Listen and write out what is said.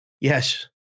Yes